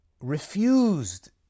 refused